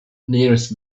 nearest